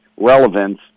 relevance